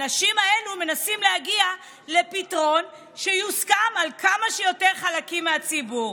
האנשים האלה מנסים להגיע לפתרון שיוסכם על כמה שיותר חלקים מהציבור.